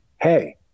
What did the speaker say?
hey